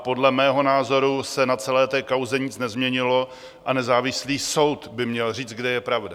Podle mého názoru se na celé té kauze nic nezměnilo a nezávislý soud by měl říct, kde je pravda.